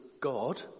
God